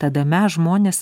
tada mes žmonės